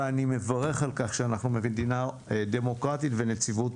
ואני מברך על כך שאנחנו מדינה דמוקרטית ונציבות